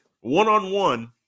one-on-one